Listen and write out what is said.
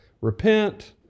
repent